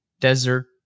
desert